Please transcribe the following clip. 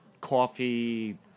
coffee